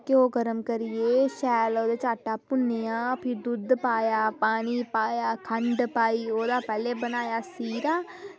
ते ओह् घ्यो गर्म करियै शैल ओह्दे च आटा भुन्नियै भी दुद्ध पाया पानी पाया खंड पाई ओह्दा पैह्लें बनाया सीरा